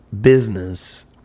business